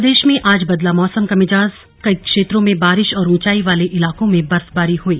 प्रदेश में आज बदला मौसम का मिजाजकई क्षेत्रों में बारिश और ऊंचाई वाले इलाकों में बर्फबारी हुई